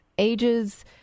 ages